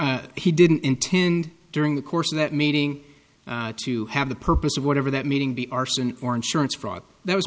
that he didn't intend during the course of that meeting to have the purpose of whatever that meeting be arson or insurance fraud that was